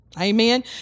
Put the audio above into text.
Amen